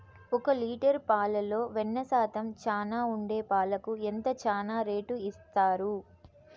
ఒక లీటర్ పాలలో వెన్న శాతం చానా ఉండే పాలకు ఎంత చానా రేటు ఇస్తారు?